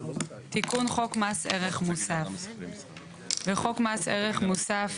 "תיקון חוק מס ערך מוסף 10. בחוק מס ערך מוסף,